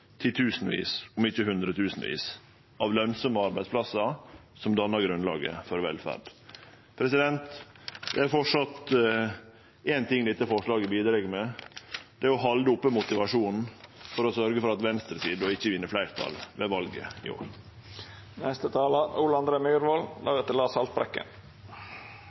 av lønsame arbeidsplassar som dannar grunnlaget for velferd. Det er framleis éin ting dette forslaget bidreg med, og det er å halde oppe motivasjonen for å sørgje for at venstresida ikkje vinn fleirtal ved valet i